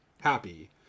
happy